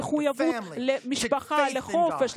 מתוך מחויבות לחופש,